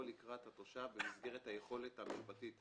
לקראת התושב במסגרת היכולת המשפטית,